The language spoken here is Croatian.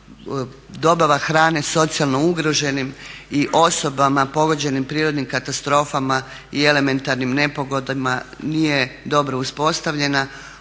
dobava hrane socijalno ugroženim i osobama pogođenim prirodnim katastrofama i elementarnim nepogodama nije dobro uspostavljena.